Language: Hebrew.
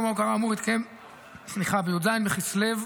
יום ההוקרה האמור יתקיים בי"ז בכסלו,